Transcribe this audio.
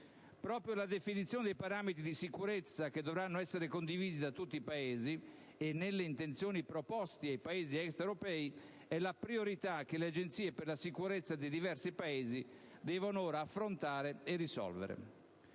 Proprio la definizione dei parametri di sicurezza, che dovranno essere condivisi da tutti i Paesi e proposti, com'è intenzione, ai Paesi extraeuropei, è la priorità che le agenzie per la sicurezza dei diversi Paesi devono ora affrontare e risolvere.